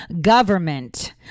government